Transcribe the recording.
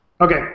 Okay